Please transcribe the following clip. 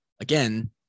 again